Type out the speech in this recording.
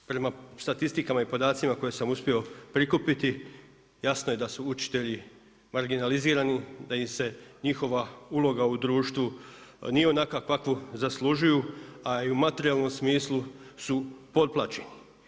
Prema statistikama i podacima koje sam uspio prikupiti jasno je da su učitelji marginalizirani, da im se njihova uloga u društvu nije onakva kakvu zaslužuju a i u materijalnom smislu su potplaćeni.